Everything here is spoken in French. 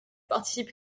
participe